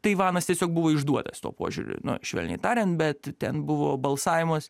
taivanas tiesiog buvo išduotas tuo požiūriu no švelniai tariant bet ten buvo balsavimas